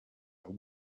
are